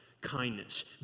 kindness